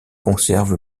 conserve